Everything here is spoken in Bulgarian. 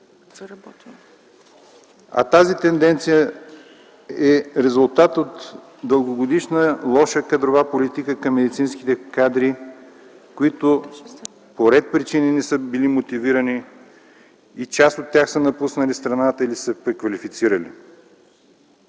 А тази тенденция е резултат от дългогодишна лоша кадрова политика към медицинските кадри, които по ред причини не са били мотивирани и част от тях са напуснали страната или са се преквалифицирали.